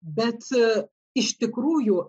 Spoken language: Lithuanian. bet iš tikrųjų